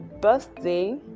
birthday